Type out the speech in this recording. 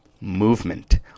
movement